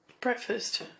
Breakfast